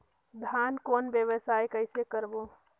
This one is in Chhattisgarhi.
धान कौन व्यवसाय कइसे करबो?